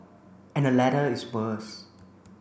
and the latter is worse